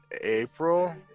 April